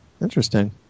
interesting